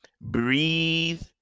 breathe